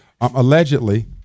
allegedly